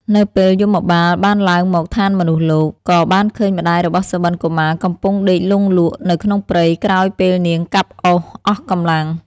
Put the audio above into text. នៅពេលយមបាលបានឡើងមកឋានមនុស្សលោក ក៏បានឃើញម្តាយរបស់សុបិន្តកុមារកំពុងដេកលង់លក់នៅក្នុងព្រៃក្រោយពេលនាងកាប់អុសអស់កម្លាំង។